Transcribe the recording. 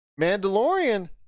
Mandalorian